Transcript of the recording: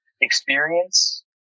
experience